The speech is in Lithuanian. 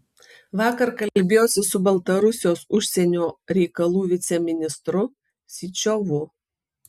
vakar kalbėjosi su baltarusijos užsienio reikalų viceministru syčiovu